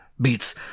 beats